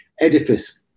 edifice